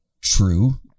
true